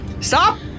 Stop